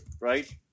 right